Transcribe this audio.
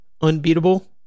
unbeatable